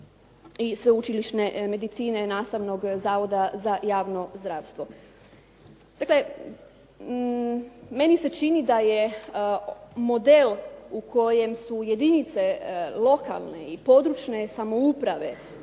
i sveučilišne medicine nastavnog zavoda za javno zdravstvo. Dakle, meni se čini da je model u kojem su jedinice lokalne i područne samouprave